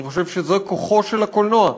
אני חושב שזה כוחו של הקולנוע,